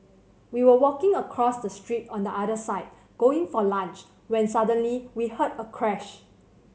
we were walking across the street on the other side going for lunch when suddenly we heard a crash